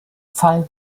fall